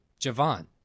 Javon